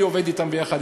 אני עובד ביחד אתם,